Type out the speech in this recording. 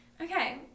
Okay